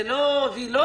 זה לא וילות.